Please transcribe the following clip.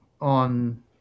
on